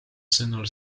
sõnul